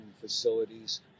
facilities